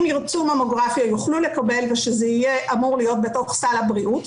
אם הן ירצו ממוגרפיה הן יוכלו לקבל ושזה אמור להיות בתוך סל הבריאות,